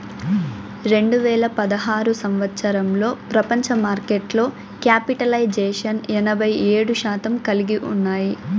రెండు వేల పదహారు సంవచ్చరంలో ప్రపంచ మార్కెట్లో క్యాపిటలైజేషన్ ఎనభై ఏడు శాతం కలిగి ఉన్నాయి